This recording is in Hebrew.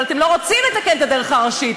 אבל אתם לא רוצים לתקן את הדרך הראשית,